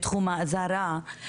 בתחום האזהרה.